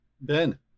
Ben